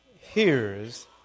hears